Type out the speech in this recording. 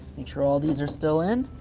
and sure all these are still in,